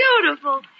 beautiful